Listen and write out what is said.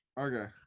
Okay